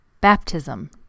baptism